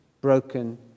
broken